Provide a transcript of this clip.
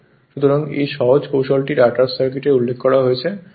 সুতরাং এই সহজ কৌশলটি রটার সার্কিটে উল্লেখ করা হয়েছে